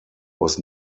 was